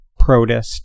protist